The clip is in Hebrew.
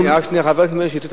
חבר הכנסת מאיר שטרית,